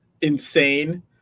insane